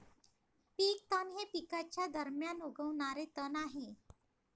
पीक तण हे पिकांच्या दरम्यान उगवणारे तण आहे